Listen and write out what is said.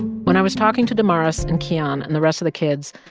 when i was talking to damares and keyhon and the rest of the kids,